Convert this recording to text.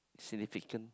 significant